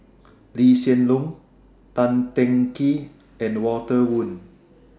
Lee Hsien Loong Tan Teng Kee and Walter Woon